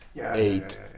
eight